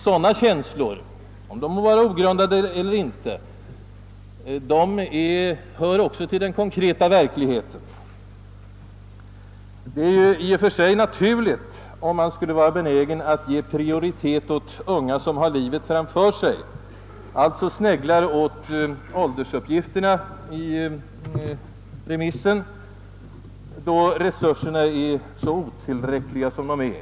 Sådana känslor — de må vara ogrundade eller inte — hör också till den konkreta verkligheten. Jag vill gärna tillfoga att det i och för sig är naturligt om man skulle vara benägen att ge prioritet åt unga, som har livet framför sig, och alltså sneglar på åldersuppgiften i remissen, då resurserna är så otillräckliga som de är.